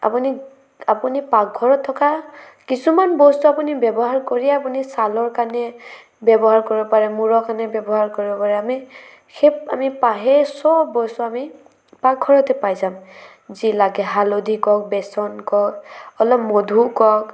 আপুনি আপুনি পাকঘৰত থকা কিছুমান বস্তু আপুনি ব্যৱহাৰ কৰিয়ে আপুনি ছালৰ কাৰণে ব্যৱহাৰ কৰিব পাৰে মূৰৰ কাৰণে ব্যৱহাৰ কৰিব পাৰে আমি সেই আমি সেই চব বস্তু আমি পাকঘৰতে পাই যাম যি লাগে হালধি কওক বেচন কওক অলপ মধু কওক